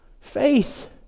Faith